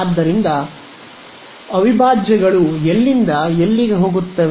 ಆದ್ದರಿಂದ ಅವಿಭಾಜ್ಯಗಳು ಎಲ್ಲಿಂದ ಎಲ್ಲಿಗೆ ಹೋಗುತ್ತವೆ